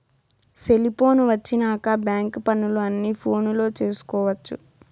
cellphone వచ్చినాక bank పనులు అన్ని ఫోనులో చేసుకొవచ్చు